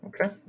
Okay